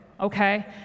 okay